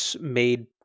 made